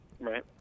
Right